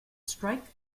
strike